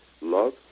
love